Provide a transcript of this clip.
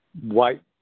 white